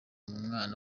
mwana